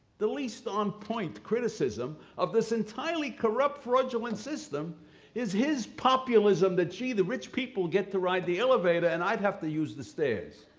the least on-point criticism of this entirely corrupt, fraudulent system is his populism that gee, the rich people get to ride the elevator and i have to use the stairs.